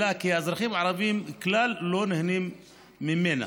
התגלה כי האזרחים הערבים כלל לא נהנים ממנה.